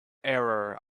error